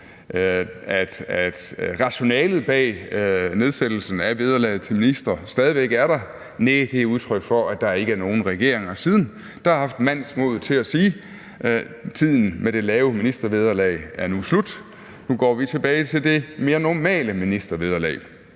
at rationalet bag nedsættelsen af vederlaget til ministre stadig væk er der, næh, det er et udtryk for, at der ikke er nogen regeringer siden, der har haft mandsmodet til at sige, at tiden med det lave ministervederlag nu er slut, og at vi nu går tilbage til det mere normale ministervederlag.